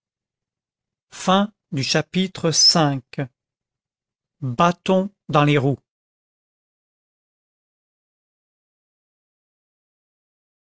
chapitre v bâtons dans les roues